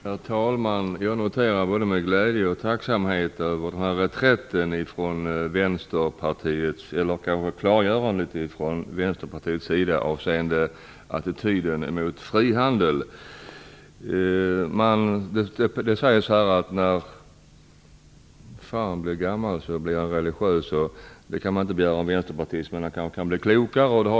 Herr talman! Jag noterar både med glädje och tacksamhet reträtten, eller kanske klargörandet, från Vänsterpartiets sida avseende attityden gentemot frihandel. Det sägs att när fan blir gammal, blir han religiös. Det kan man inte begära av Vänsterpartiet. Men det kan bli klokare.